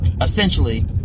essentially